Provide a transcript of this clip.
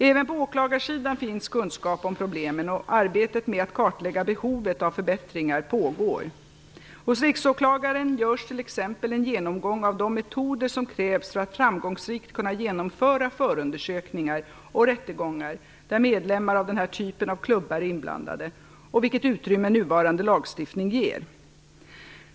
Även på åklagarsidan finns kunskap om problemen, och arbetet med att kartlägga behovet av förbättringar pågår. Hos Riksåklagaren görs t.ex. en genomgång av de metoder som krävs för att framgångsrikt kunna genomföra förundersökningar och rättegångar där medlemmar av den här typen av klubbar är inblandade och vilket utrymme nuvarande lagstiftning ger.